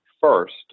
first